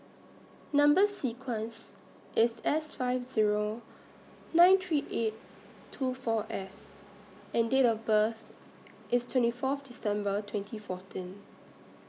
Number sequence IS S five Zero nine three eight two four S and Date of birth IS twenty forth December twenty fourteen